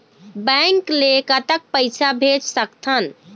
Bank ले कतक पैसा भेज सकथन?